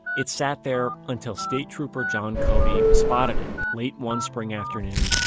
it sat there until state trooper john cody, spotted it late one spring afternoon,